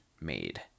made